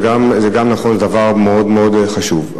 זה גם נכון, זה דבר מאוד מאוד חשוב.